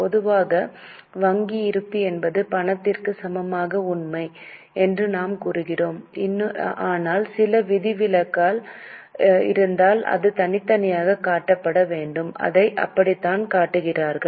பொதுவாக வங்கி இருப்பு என்பது பணத்திற்கு சமமான உண்மை என்று நாம் கூறுகிறோம் ஆனால் சில விதிவிலக்கு இருந்தால் அது தனித்தனியாக காட்டப்பட வேண்டும் அதை அப்படித்தான் காட்டினார்கள்